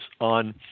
on